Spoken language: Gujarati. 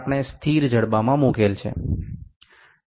તે સ્થિર જડબામાં મૂકવામાં આવે છે